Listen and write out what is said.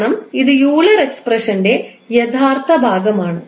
കാരണം ഇത് ഓയിലർ എക്സ്പ്രഷന്റെ യഥാർത്ഥ ഭാഗമാണ്